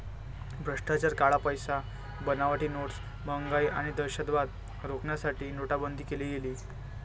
भ्रष्टाचार, काळा पैसा, बनावटी नोट्स, महागाई आणि दहशतवाद रोखण्यासाठी नोटाबंदी केली गेली